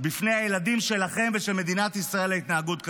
בפני הילדים שלכם ושל מדינת ישראל על התנהגות כזאת.